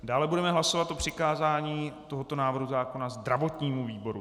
Dále budeme hlasovat o přikázání tohoto návrhu zákona zdravotnímu výboru.